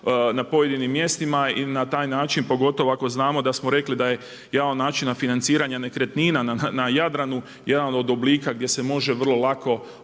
na pojedinim mjestima i na taj način pogotovo ako znamo da smo rekli da je jedan od načina financiranja nekretnina na Jadranu, jedan od oblika gdje se može vrlo lako doći